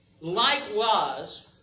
Likewise